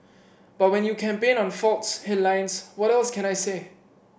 but when you campaign on faults headlines what else can I say